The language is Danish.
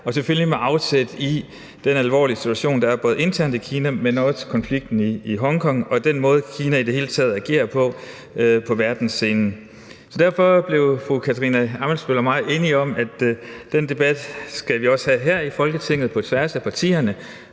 og selvfølgelig med afsæt i den alvorlige situation, der er både internt i Kina, men også i forhold til konflikten i Hongkong og den måde, som Kina i det hele taget agerer på på verdensscenen. Så derfor blev fru Katarina Ammitzbøll og mig enige om, at den debat skal vi også have her i Folketinget på tværs af partierne